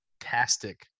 fantastic